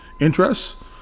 interests